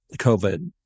COVID